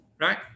right